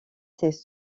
ses